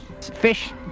Fish